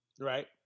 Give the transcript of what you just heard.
Right